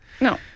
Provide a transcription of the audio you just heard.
No